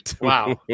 Wow